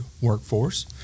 workforce